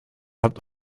habt